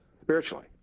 spiritually